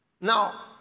Now